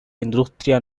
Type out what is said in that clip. industria